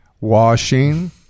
washing